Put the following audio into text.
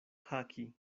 haki